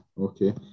Okay